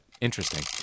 Interesting